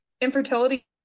infertility